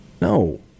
No